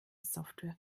software